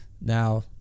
Now